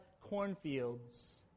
cornfields